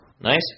Nice